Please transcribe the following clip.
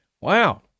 Wow